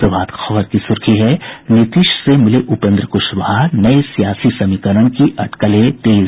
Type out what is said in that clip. प्रभात खबर की सुर्खी है नीतीश से मिले उपेन्द्र कुशवाहा नये सियासी समीकरण की अटकलें तेज